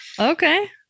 okay